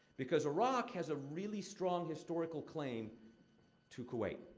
because iraq has a really strong historical claim to kuwait.